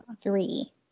three